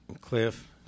Cliff